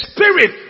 Spirit